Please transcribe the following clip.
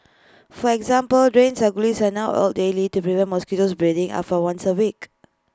for example drains and gullies are now oiled daily to prevent mosquitoes breeding up from once A week